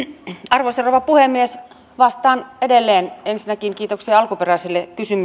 arvoisa rouva puhemies vastaan edelleen ensinnäkin kiitoksia alkuperäiselle